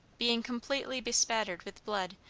being completely bespattered with blood,